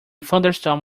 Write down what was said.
thunderstorm